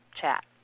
chat